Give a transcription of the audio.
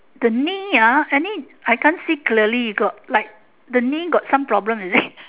the knee ah any I can't see clearly got like the knee got some problem is it